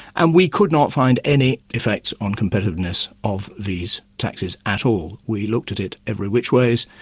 and we could not find any effects on competitiveness of these taxes at all. we looked at it every which way,